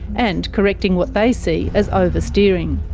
and correcting what they see as oversteering.